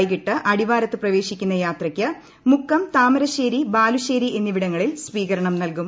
വൈകിട്ട് അടിവാരത്ത് പ്രവേശിക്കുന്ന യാത്രക്ക് മുക്കം താമരശേരി ബാലുശേരി എന്നിവിടങ്ങളിൽ സ്വീകരണം നൽക്കൂർ